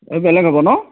এই বেলেগ হ'ব ন